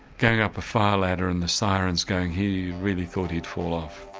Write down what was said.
going up a fire ladder and the sirens going he really thought he'd fall off.